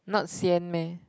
not sian meh